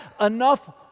enough